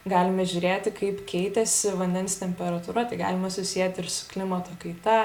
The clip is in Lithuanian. galime žiūrėti kaip keitėsi vandens temperatūra tai galima susieti ir su klimato kaita